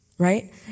right